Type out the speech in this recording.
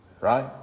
right